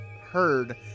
heard